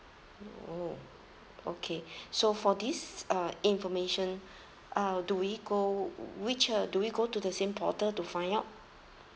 oh okay so for this uh information uh do we go which uh do we go to the same portal to find out